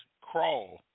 crawl